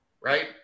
right